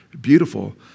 beautiful